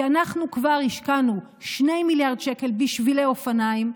כי אנחנו כבר השקענו 2 מיליארד שקל בשבילי אופניים,